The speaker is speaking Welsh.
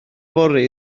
fory